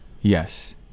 Yes